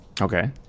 okay